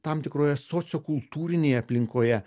tam tikroje sociokultūrinėje aplinkoje